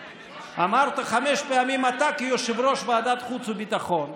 אמרת חמש פעמים "אתה כיושב-ראש ועדת החוץ והביטחון",